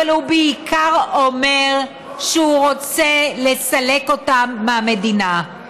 אבל הוא בעיקר אומר שהוא רוצה לסלק אותם מהמדינה.